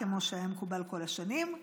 כמו שהיה מקובל כל השנים,